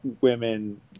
women